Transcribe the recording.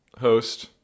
host